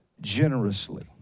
generously